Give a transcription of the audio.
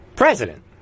president